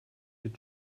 your